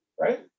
right